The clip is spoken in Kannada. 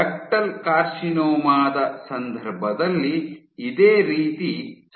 ಡಕ್ಟಲ್ ಕಾರ್ಸಿನೋಮಾ ದ ಸಂದರ್ಭದಲ್ಲಿ ಇದೆ ರೀತಿ ಸಂಭವಿಸುತ್ತದೆ